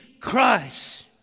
Christ